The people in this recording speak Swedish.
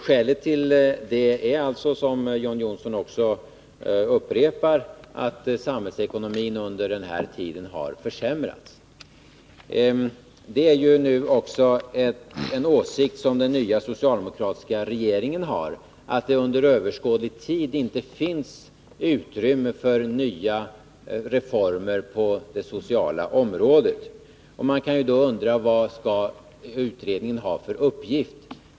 Skälet härtill är alltså, som John Johnsson också upprepar, att samhällsekonomin under den aktuella tiden har försämrats. Även den nya socialdemokratiska regeringen har den åsikten att det under överskådlig tid inte finns utrymme för nya reformer på det sociala området. Man kan då undra vilken uppgift utredningen skall ha.